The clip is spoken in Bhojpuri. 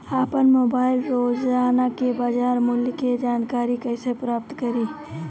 आपन मोबाइल रोजना के बाजार मुल्य के जानकारी कइसे प्राप्त करी?